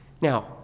Now